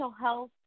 health